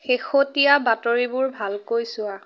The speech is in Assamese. শেহতীয়া বাতৰিবোৰ ভালকৈ চোৱা